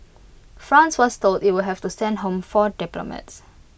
France was told IT would have to send home four diplomats